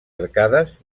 arcades